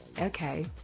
Okay